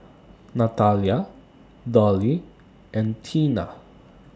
Natalya Dollye and Teena